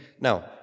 Now